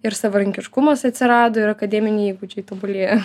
ir savarankiškumas atsirado ir akademiniai įgūdžiai tobulėja